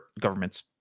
government's